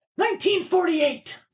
1948